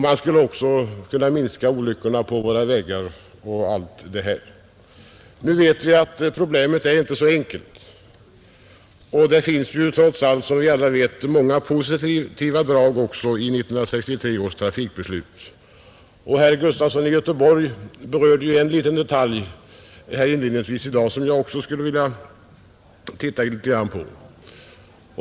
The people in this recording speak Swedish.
Man skulle också kunna minska antalet olyckor på våra vägar etc. Nu vet vi att problemet inte är så enkelt. Det finns trots allt många positiva drag i 1963 års trafikbeslut. Herr Gustafson i Göteborg berörde här inledningsvis i dag en liten detalj som jag också vill peka på.